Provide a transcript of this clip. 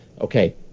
okay